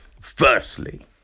firstly